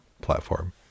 platform